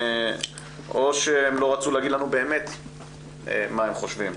או שהם לא רצו להגיד לנו באמת מה הם חושבים.